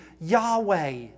Yahweh